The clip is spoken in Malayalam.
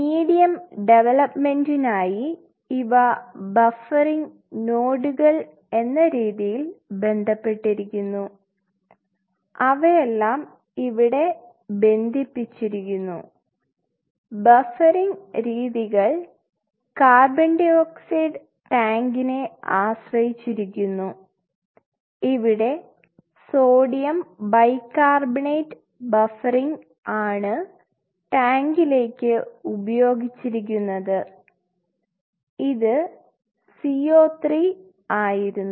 മീഡിയം ഡവലപ്പ്മെൻറ്മായി ഇവ ബഫറിംഗ് നോഡുകൾ എന്ന രീതിയിൽ ബന്ധപ്പെട്ടിരിക്കുന്നു അവയെല്ലാം ഇവിടെ ബന്ധിപ്പിച്ചിരിക്കുന്നു ബഫറിംഗ് രീതികൾ CO2 ടാങ്കിനെ ആശ്രയിച്ചിരിക്കുന്നു ഇവിടെ സോഡിയം ബൈകാർബണേറ്റ് ബഫറിംഗ് ആണ് ടാങ്കിലേക്ക് ഉപയോഗിച്ചിരിക്കുന്നത് ഇത് CO3 ആയിരുന്നു